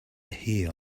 here